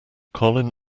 colin